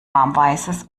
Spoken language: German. warmweißes